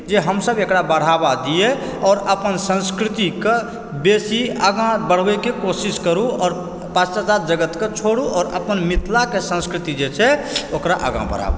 जे हमसभ एकरा बढ़ावा दिअ आओर अपन संस्कृतिकऽ बेशी आगाँ बढ़बैकऽ कोशिश करु आओर पाश्चात्य जगतकऽ छोडु आओर अपन मिथिलाकऽ संस्कृति जे छै ओकरा आगाँ बढाबू